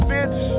Bitch